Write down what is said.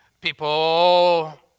People